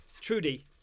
Trudy